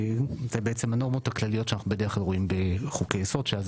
זה בעצם הנורמות הכלליות שאנחנו בדרך כלל רואים בחוקי יסוד שאז